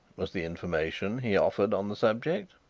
was the information he offered on the subject,